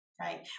Right